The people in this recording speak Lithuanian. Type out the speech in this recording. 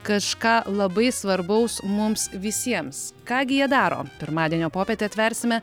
kažką labai svarbaus mums visiems ką gi jie daro pirmadienio popietę atversime